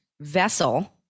vessel